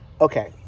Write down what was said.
Okay